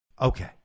Okay